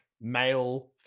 male